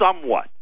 somewhat